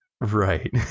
Right